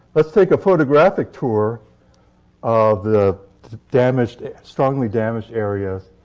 let's take a photographic tour of the damaged strongly damaged areas.